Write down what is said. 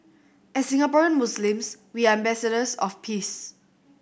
as Singaporean Muslims we are ambassadors of peace